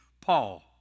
Paul